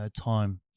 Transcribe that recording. time